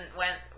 went